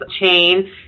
chain